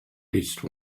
least